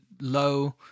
low